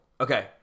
Okay